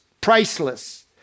priceless